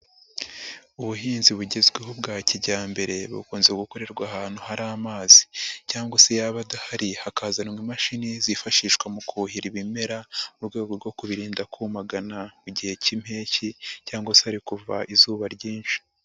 Ubuhinzi bugezweho bwa kijyambere bukunze gukorerwa ahantu hari amazi cyangwa se yaba adahari hakazanwa imashini zifashishwa mu kuhira ibimera, mu rwego rwo kubirinda kumagana igihe cy'impeshyi cyangwa se hari kuva izuba ryinshi.